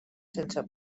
sense